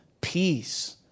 peace